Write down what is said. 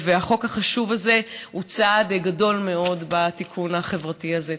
החוק החשוב הזה הוא צעד גדול מאוד בתיקון החברתי הזה.